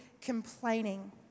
complaining